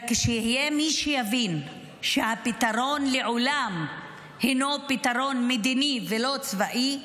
רק כשיהיה מי שיבין שהפתרון לעולם הינו פתרון מדיני ולא צבאי,